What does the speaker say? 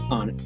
on